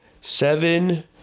seven